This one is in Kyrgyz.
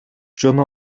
жана